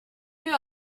vue